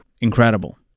Incredible